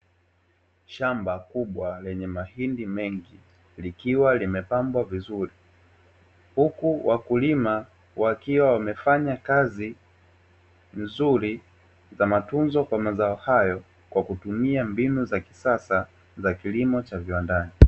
Shamba kubwa lenye mahindi mengi likiwa limepambwa vizuri. Huku wakulima wakiwa wamefanya kazi nzuri za matunzo kwa mazao hayo kwa kutumia mbinu za kisasa za kilimo cha viwandani.